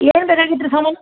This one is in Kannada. ಏನು ಬೇಕಾಗಿತ್ತು ರೀ ಸಾಮಾನು